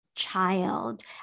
child